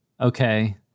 Okay